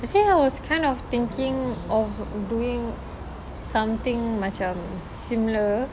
actually I was kind of thinking of doing something macam similar